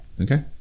Okay